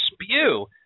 spew